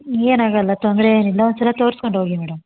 ಏನು ಆಗೋಲ್ಲ ತೊಂದರೆ ಏನಿಲ್ಲ ಒಂದು ಸಲ ತೋರ್ಸ್ಕೊಂಡು ಹೋಗಿ ಮೇಡಮ್